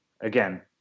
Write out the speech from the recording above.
again